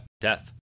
Death